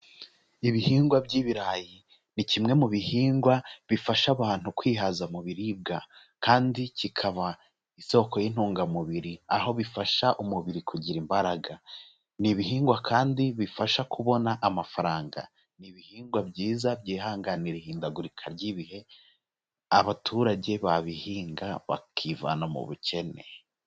Ibihingwa by'ibirayi ni kimwe mu bihingwa bifasha abantu kwihaza mu biribwa kandi kikaba isoko y'intungamubiri, aho bifasha umubiri kugira imbaraga, ni ibihingwa kandi bifasha kubona amafaranga, ni ibihingwa byiza byihanganira ihindagurika ry'ibihe abaturage babihinga bakivana mu bukene.